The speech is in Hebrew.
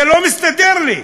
זה לא מסתדר לי.